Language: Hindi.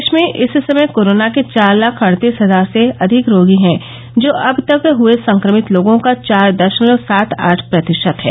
देश में इस समय कोरोना के चार लाख अड़तीस हजार से अधिक रोगी है जो अब तक हुए संक्रमित लोगों का चार दशमलव सात आठ प्रतिशत है